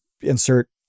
insert